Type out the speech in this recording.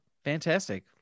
fantastic